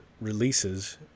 releases